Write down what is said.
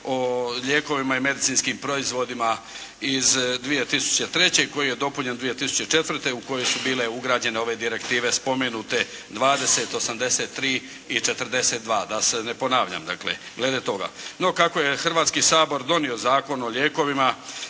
o lijekovima i medicinskim proizvodima iz 2003. koji je dopunjen 2004. u koju su bile ugrađene ove direktive spomenute 20. 83. i 42. da se ne ponavljam dakle, glede toga. No, kako je Hrvatski sabor donio Zakon o lijekovima